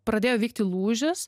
pradėjo vykti lūžis